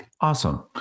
Awesome